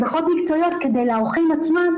הדרכות מקצועיות לעורכים עצמם,